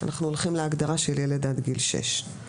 אנחנו הולכים להגדרה של ילד עד גיל שש.